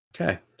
Okay